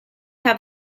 have